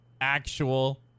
actual